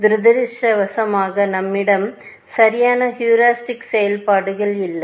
துரதிர்ஷ்டவசமாக நம்மிடம் சரியான ஹீரிஸ்டிக் செயல்பாடுகள் இல்லை